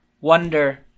wonder